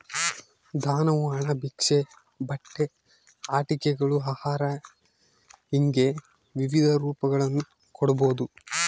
ದಾನವು ಹಣ ಭಿಕ್ಷೆ ಬಟ್ಟೆ ಆಟಿಕೆಗಳು ಆಹಾರ ಹಿಂಗೆ ವಿವಿಧ ರೂಪಗಳನ್ನು ಕೊಡ್ಬೋದು